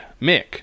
Mick